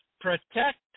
protect